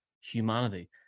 humanity